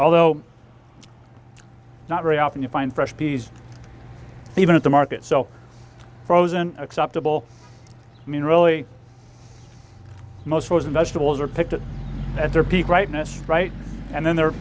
although not very often you find fresh peas even at the market so frozen acceptable i mean really most frozen vegetables are picked up at their peak rightness right and then there